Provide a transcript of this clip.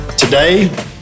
Today